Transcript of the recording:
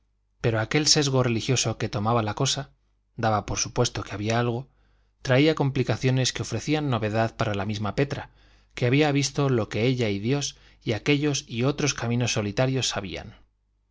pero aquel sesgo religioso que tomaba la cosa daba por supuesto que había algo traía complicaciones que ofrecían novedad para la misma petra que había visto lo que ella y dios y aquellos y otros caminos solitarios sabían